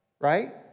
right